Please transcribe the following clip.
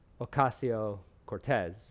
Ocasio-Cortez